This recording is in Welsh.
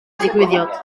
digwyddiad